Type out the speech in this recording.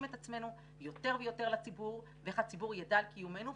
את עצמנו יותר ויותר לציבור ואיך הציבור ידע על קיומנו.